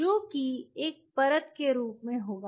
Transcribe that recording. जो कि एक परत के रूप में होगा